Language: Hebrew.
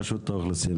רשות האוכלוסין.